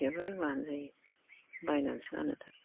जेबो रोंला होनजायो बायनानैसो लाङो दा